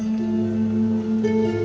no